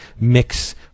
mix